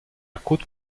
croûte